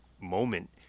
moment